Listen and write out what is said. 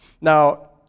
Now